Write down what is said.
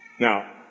Now